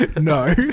No